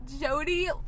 jody